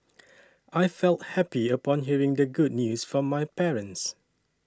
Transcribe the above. I felt happy upon hearing the good news from my parents